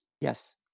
Yes